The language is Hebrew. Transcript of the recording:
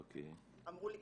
אמרו לי,